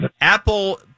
Apple